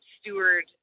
steward